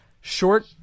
short